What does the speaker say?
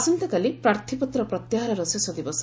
ଆସନ୍ତାକାଲି ପ୍ରାର୍ଥପତ୍ର ପ୍ରତ୍ୟାହାରର ଶେଷ ଦିବସ